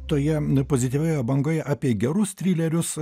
toje pozityvioje bangoje apie gerus trilerius